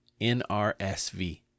NRSV